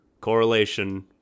correlation